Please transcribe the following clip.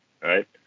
right